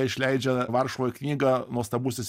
išleidžia varšuvoj knygą nuostabusis